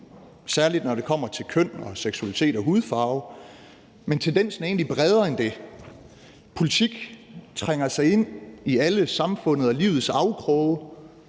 særlig når det kommer til køn, seksualitet og hudfarve. Men tendensen er egentlig bredere end det, politik trænger sig ind i alle samfundets og livets afkroge.